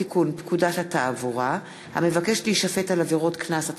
הצעת חוק לתיקון פקודת התעבורה (המבקש להישפט על עבירות קנס),